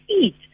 eat